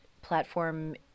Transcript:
platform